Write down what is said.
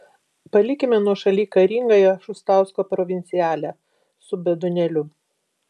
palikime nuošaly karingąją šustausko provincialę su bidonėliu